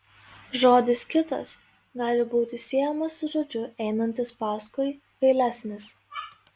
žodis kitas gali būti siejamas su žodžiu einantis paskui vėlesnis